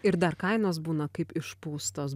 ir dar kainos būna kaip išpūstos